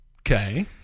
Okay